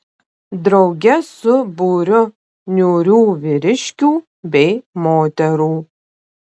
drauge su būriu niūrių vyriškių bei moterų